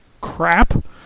crap